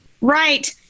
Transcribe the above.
Right